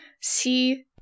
see